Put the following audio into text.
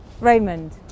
Raymond